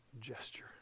gesture